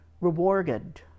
rewarded